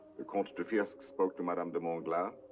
the compte de firske spoke to madame de monte glas.